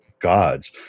gods